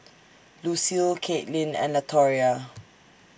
Lucile Caitlyn and Latoria